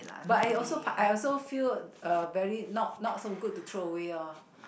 but I also I also feel uh very not so good to throw away loh